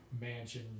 mansion